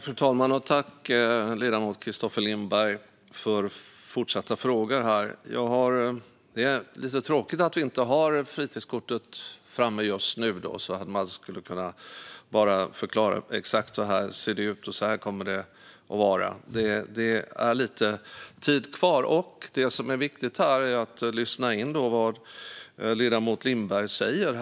Fru talman! Tack, ledamoten Kristoffer Lindberg, för fortsatta frågor! Det är lite tråkigt att vi inte har fritidskortet framme just nu, för då skulle man bara kunna förklara exakt hur det ser ut och kommer att vara. Det är lite tid kvar, och det som är viktigt är att lyssna in vad ledamoten Lindberg säger.